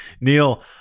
Neil